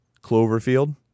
Cloverfield